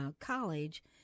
college